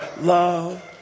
love